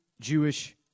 Jewish